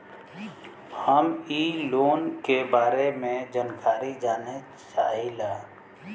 हम इ लोन के बारे मे जानकारी जाने चाहीला?